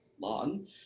long